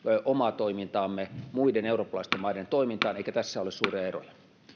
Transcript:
omaa toimintaamme muiden eurooppalaisten maiden toimintaan eikä tässä ole suuria eroja